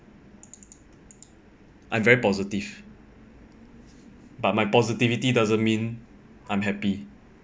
I'm very positive but my positivity doesn't mean I'm happy